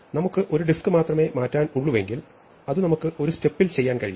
നമുക്ക് ഒരു ഡിസ്ക് മാത്രമേ മാറ്റാൻ ഉള്ളൂവെങ്കിൽ അത് നമുക്ക് ഒരു സ്റ്റെപ്പിൽ ചെയ്യാൻ കഴിയും